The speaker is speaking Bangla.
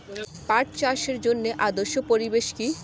পাট চাষের জন্য আদর্শ পরিবেশ কি?